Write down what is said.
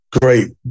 great